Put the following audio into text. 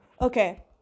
Okay